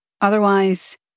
Otherwise